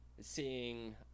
seeing